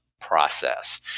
process